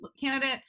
candidate